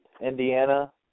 Indiana